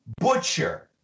Butcher